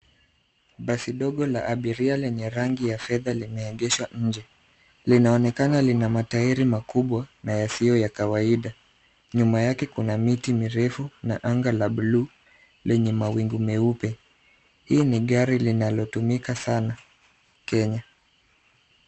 Basi ndogo la abiria lenye rangi ya fedha limeegeshwa nje. Linaonekana lina matairi makubwa na yasiyo ya kawaida. Nyuma yake kuna miti mirefu na anga la blue lenye mawingu meupe. Hii ni gari linalotumika sana Kenya.